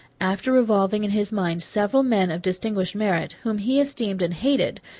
after revolving in his mind several men of distinguished merit, whom he esteemed and hated,